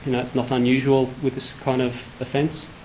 you know, it's not unusual with this kind of offence.